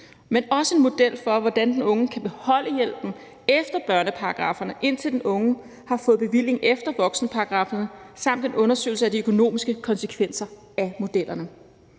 men også en model for, hvordan den unge kan beholde hjælpen efter børneparagrafferne, indtil den unge har fået bevilling efter voksenparagrafferne, samt en undersøgelse af de økonomiske konsekvenser af modellerne.